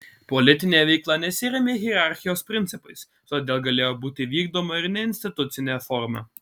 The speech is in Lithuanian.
politinė veikla nesirėmė hierarchijos principais todėl galėjo būti vykdoma ir neinstitucine forma